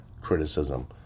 criticism